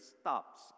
stops